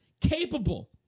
capable